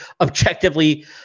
objectively